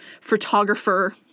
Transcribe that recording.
photographer